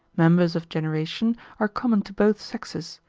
members of generation are common to both sexes,